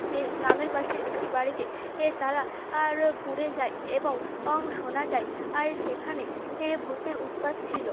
এই গ্রামের পাশে একটি বাড়িতে এ তারা আর পুড়ে যায় এবং অং শোনা যায় আয় সেখানে এ ভূতের উৎপাত ছিল